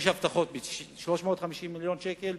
יש הבטחות ב-350 מיליון שקל,